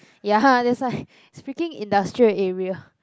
ya that's why is freaking industrial area